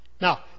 Now